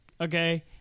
Okay